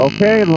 Okay